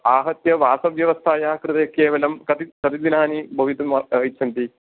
आहत्य वासव्यवस्थायाः कृते केवलं कति कति दिनानि भवितुम् इच्छन्ति